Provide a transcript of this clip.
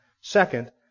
Second